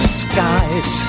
skies